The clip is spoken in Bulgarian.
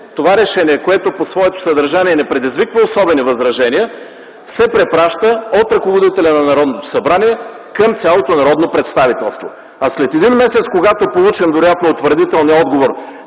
това решение, което по своето съдържание не предизвиква особени възражения, се препраща от ръководителя на Народното събрание към цялото народно представителство. След един месец, когато получим вероятно утвърдителния отговор,